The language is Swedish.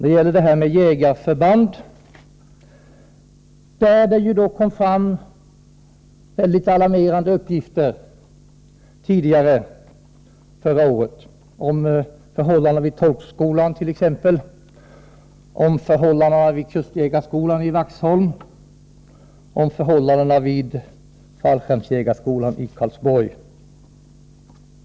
Det har ju under förra året kommit fram mycket alarmerande uppgifter om förhållanden vid tolkskolan, vid kustjägarskolan i Vaxholm och vid fallskärmsjägarskolan i Karlsborg.